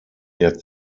der